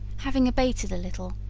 having abated a little,